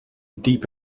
deep